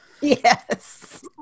Yes